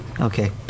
Okay